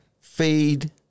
feed